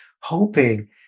hoping